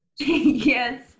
Yes